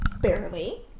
barely